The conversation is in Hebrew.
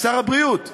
שר הבריאות,